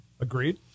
Agreed